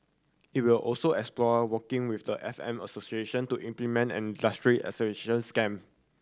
it will also explore working with the F M association to implement an industry accreditation scheme